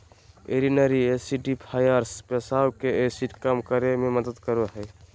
urinary acidifiers पेशाब के acid कम करे मे मदद करो हय